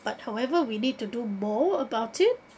but however we need to do more about it